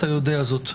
אתה יודע זאת.